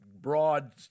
broad